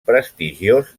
prestigiós